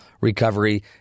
recovery